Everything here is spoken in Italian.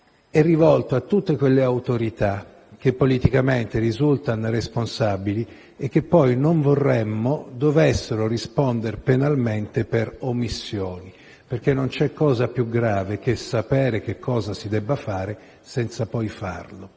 è rivolto a tutte quelle autorità che politicamente risultano responsabili e che, poi, non vorremmo dovessero rispondere penalmente per omissioni. Non c'è cosa più grave, infatti, che sapere che cosa si debba fare senza poi farlo.